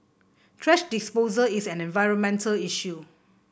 thrash disposal is an environmental issue